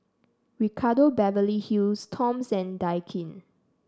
Ricardo Beverly Hills Toms and Daikin